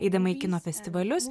eidama į kino festivalius